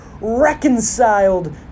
reconciled